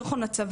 יותר נכון לצבא,